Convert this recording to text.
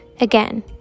Again